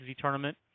tournament